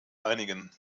einigen